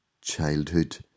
childhood